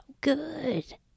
Good